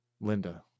Linda